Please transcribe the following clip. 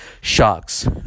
Sharks